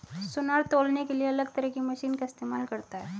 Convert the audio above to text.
सुनार तौलने के लिए अलग तरह की मशीन का इस्तेमाल करता है